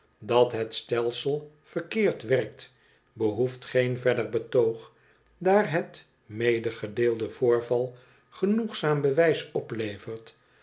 dat het stelsel verkeerd werkt behoeft geen verder betoog daar het medegedeelde voorval genoegzaam bewijs oplevert